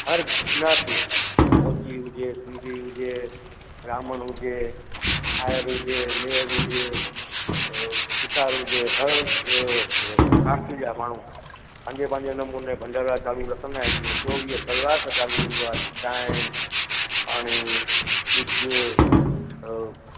हर गुजराती मोची हुजे सिंधी हुजे ब्राहम्ण हुजे आयर हुजे मेअर हुजे सुथार हुजे हर कास्ट जा माण्हू पंहिंजे पंहिंजे नमूने भंडारा चालू रखंदा आहिनि अन चोवीह कलाकु चालू हूंदो आहे चाहिं पाणी ॾुध